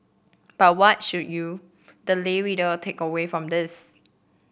but what should you the lay reader take away from this